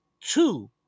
two